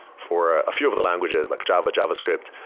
for a few of the languages, like java, javascript,